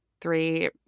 Three